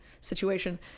situation